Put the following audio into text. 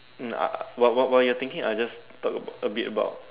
um I while while while you're thinking I'll just talk about a bit about